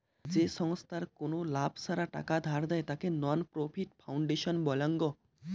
যে ছংস্থার কোনো লাভ ছাড়া টাকা ধার দেয়, তাকে নন প্রফিট ফাউন্ডেশন বলাঙ্গ